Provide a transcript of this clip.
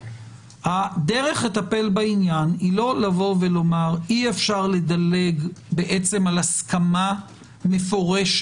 הדרך לטפל בעניין היא לא לבוא ולומר: אי אפשר לדלג על הסכמה מפורשת